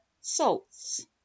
salts